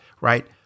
right